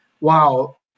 wow